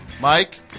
mike